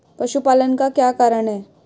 पशुपालन का क्या कारण है?